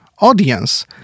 audience